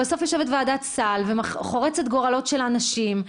והיא חורצת גורלות של אנשים.